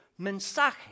mensaje